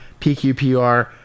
PQPR